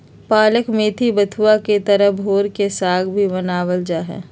पालक मेथी बथुआ के तरह भोर के साग भी बनावल जाहई